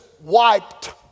wiped